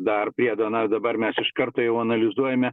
dar priedo na dabar mes iš karto jau analizuojame